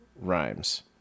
rhymes